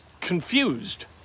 confused